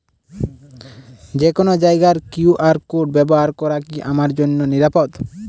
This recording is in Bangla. যে কোনো জায়গার কিউ.আর কোড ব্যবহার করা কি আমার জন্য নিরাপদ?